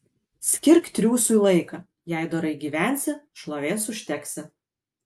skirk triūsui laiką jei dorai gyvensi šlovės užteksi